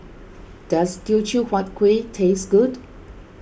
does Teochew Huat Kuih taste good